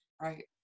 Right